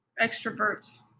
Extroverts